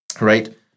right